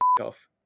off